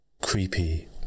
creepy